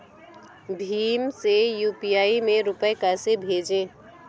भीम से यू.पी.आई में रूपए कैसे भेजें?